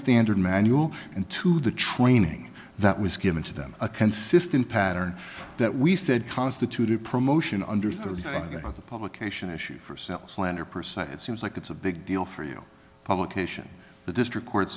standard manual and two the training that was given to them a consistent pattern that we said constituted promotion under for the publication issue for self slander percent it seems like it's a big deal for you publication the district court